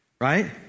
Right